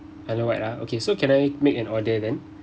islandwide ah okay so can I make an order then